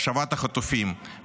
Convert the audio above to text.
בהשבת החטופים,